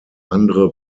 andere